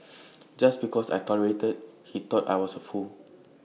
just because I tolerated he thought I was A fool